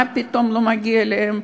מה פתאום לא מגיע להם?